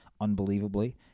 unbelievably